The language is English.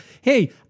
hey